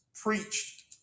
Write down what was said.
preached